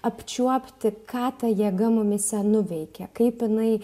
apčiuopti ką ta jėga mumyse nuveikia kaip jinai